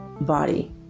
body